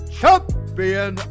champion